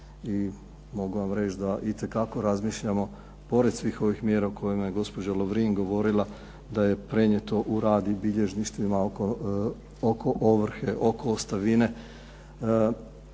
I mogu vam reći da itekako razmišljamo pored svih ovih mjera o kojima je gospođa Lovrin govorila da je prenijeto u rad i bilježništvima oko ovrhe, oko ostavine.